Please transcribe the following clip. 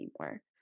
anymore